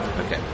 Okay